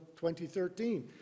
2013